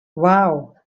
wow